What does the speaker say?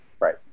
Right